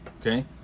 Okay